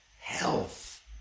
health